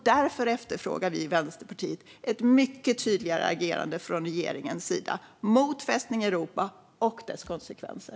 Därför efterfrågar vi i Vänsterpartiet ett mycket tydligare agerande från regeringens sida mot fästning Europa och dess konsekvenser.